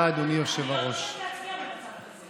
אני לא מתכוונת להצביע במצב כזה.